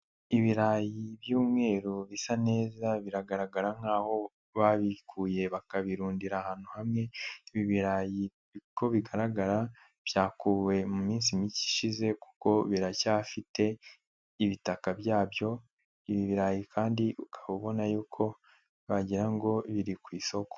Ibirayi by'umweru bisa neza biragaragara nk'aho babikuye bakabirundira ahantu hamwe, ibi birarayi uko bigaragara byakuwe mu minsi mike ishize kuko biracyafite ibitaka byabyo, ibi birarayi kandi ukaba ubona y'uko wagira ngo biri ku isoko.